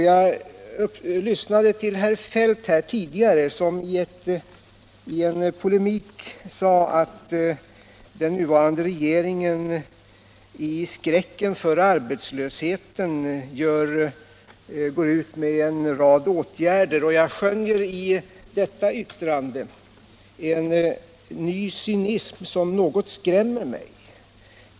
Jag lyssnade till herr Feldt här tidigare som i en polemik sade att den nuvarande regeringen i skräcken för arbetslösheten går ut med en rad åtgärder. I detta yttrande skönjer jag en ny cynism som något skrämmer mig.